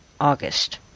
August